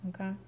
okay